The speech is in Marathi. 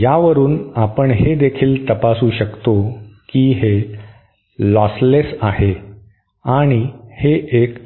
यावरून आपण हे देखील तपासू शकतो की हे लॉसलेस आहे आणि हे एक